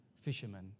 fishermen